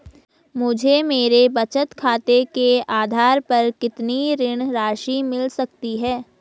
मुझे मेरे बचत खाते के आधार पर कितनी ऋण राशि मिल सकती है?